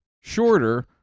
shorter